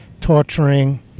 torturing